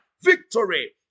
Victory